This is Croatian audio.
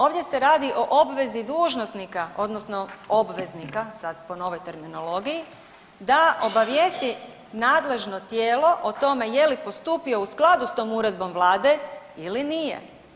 Ovdje se radi o obvezi dužnosnika odnosno obveznika sad po novoj terminologiji da obavijesti nadležno tijelo o tome je li postupio u skladu s tom uredbom vlade ili nije.